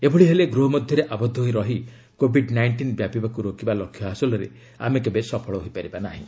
ଏଭଳି ହେଲେ ଗୃହ ମଧ୍ୟରେ ଆବଦ୍ଧ ହୋଇ ରହି କୋଭିଡ୍ ନାଇଷ୍ଟିନ୍ ବ୍ୟାପିବାକ୍ତ ରୋକିବା ଲକ୍ଷ୍ୟ ହାସଲରେ ଆମେ କେବେ ସଫଳ ହୋଇପାରିବା ନାହିଁ